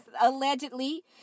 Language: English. Allegedly